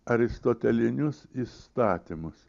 aristotelinius įstatymus